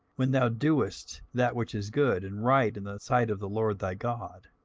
when thou doest that which is good and right in the sight of the lord thy god.